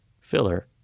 filler